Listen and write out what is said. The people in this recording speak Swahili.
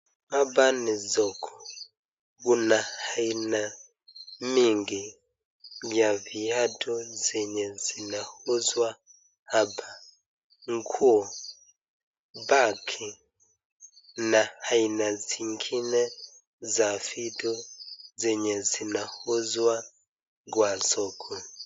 Hapa ni soko. Kuna aina nyingi za viatu zenye zinauzwa hapa. Nguo, bag, na aina zingine za vitu zenye zinauzwa kwa soko.